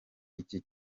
iki